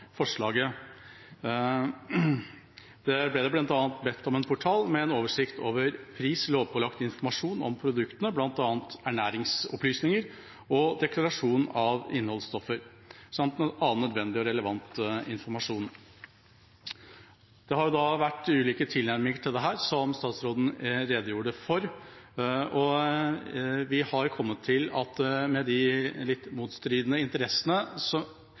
Det ble bl.a. bedt om en portal med en oversikt over pris, lovpålagt informasjon om produktene, bl.a. ernæringsopplysninger, og deklarasjon av innholdsstoffer samt annen nødvendig og relevant informasjon. Det har vært ulike tilnærminger til dette, som statsråden redegjorde for, og vi har kommet til – med de litt motstridende interessene